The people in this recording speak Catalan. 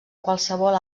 qualsevol